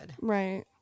Right